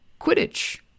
Quidditch